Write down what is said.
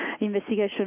investigation